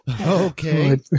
Okay